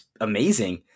amazing